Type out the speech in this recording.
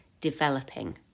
developing